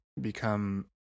become